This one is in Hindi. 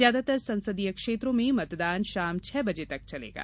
ज्यादातर संसदीय क्षेत्रों में मतदान शाम छह बजे तक चलेगा